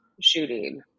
shooting